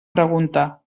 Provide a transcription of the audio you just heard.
pregunta